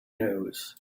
news